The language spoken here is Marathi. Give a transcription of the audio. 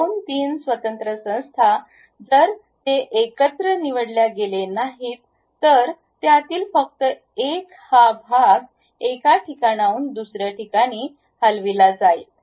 दोन तीन स्वतंत्र संस्था जर ते एकत्र निवडल्या गेल्या नाहीत तर त्यातील फक्त एक हा भाग एका ठिकाणाहून दुसर्या ठिकाणी हलविला जाईल